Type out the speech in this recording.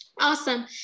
Awesome